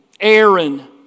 Aaron